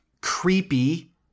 creepy